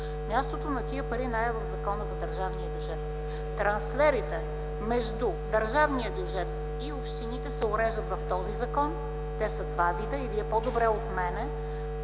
Мястото на тези пари не е в Закона за държавния бюджет. Трансферите между държавния бюджет и общините се уреждат в този закон – те са два вида. Вие по-добре от мен,